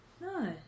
No